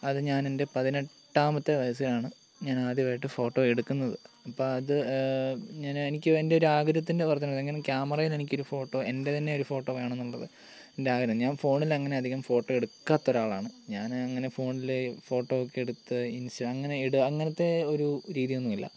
അത് ഞാനെൻ്റെ പതിനെട്ടാമത്തെ വയസ്സിലാണ് ഞാനാദ്യമായിട്ട് ഫോട്ടോ എടുക്കുന്നത് അപ്പം അത് ഞാൻ എനിക്ക് എൻ്റെയൊരു ആഗ്രഹത്തിൻറെ പുറത്താണ് അങ്ങനെ ക്യാമറയിലെനിക്കൊരു ഫോട്ടോ എൻറെ തന്നെ ഒരു ഫോട്ടോ വേണമെന്നുള്ളത് എൻറെ ആഗ്രഹം ഞാൻ ഫോണിലങ്ങനെ അധികം ഫോട്ടോ എടുക്കാത്തൊരാളാണ് ഞാൻ അങ്ങനെ ഫോണിൽ ഫോട്ടോ ഒക്കെ എടുത്ത് ഇൻസ്റ്റ അങ്ങനെ ഇടുക അങ്ങനത്തെ ഒരു രീതിയൊന്നും ഇല്ല